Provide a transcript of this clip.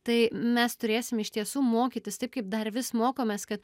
tai mes turėsim iš tiesų mokytis taip kaip dar vis mokomės kad